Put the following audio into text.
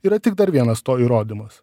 yra tik dar vienas to įrodymas